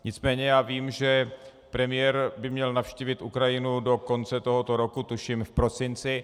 Nicméně já vím, že premiér by měl navštívit Ukrajinu do konce tohoto roku, tuším v prosinci.